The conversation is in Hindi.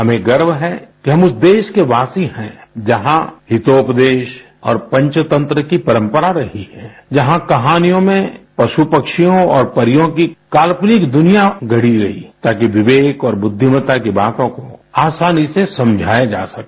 हमें गर्व है कि हम उस देश के वासी है जहाँ हितोपदेश और पंचतंत्र की परंपरा रही है जहाँ कहानियों में पश् पक्षियों और परियों की काल्पनिक दुनिया गढ़ी गयी ताकि विवेक और बुद्धिमता की बातों को आसानी से समझाया जा सके